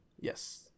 Yes